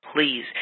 Please